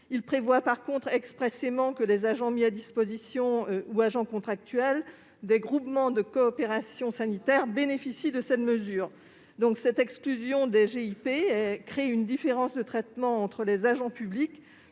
Il prévoit, en revanche, expressément que les agents mis à disposition ou les agents contractuels des groupements de coopération sanitaire (GCS) bénéficient de cette mesure. Cette exclusion des GIP crée une différence de traitement entre les agents publics